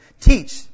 teach